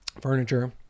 furniture